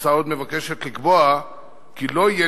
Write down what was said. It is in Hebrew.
ההצעה עוד מבקשת לקבוע כי לא יהיה